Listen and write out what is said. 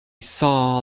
saw